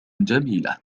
جميلة